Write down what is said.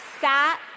sat